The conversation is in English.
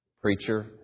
preacher